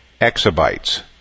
exabytes